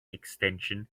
extension